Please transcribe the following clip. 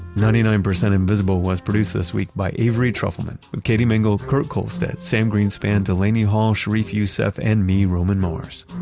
ninety nine percent invisible was produced this week by avery trufelman, with katie mingle, kurt kohlstedt, sam greenspan, delaney hall, sharif youssef, and me, roman mars.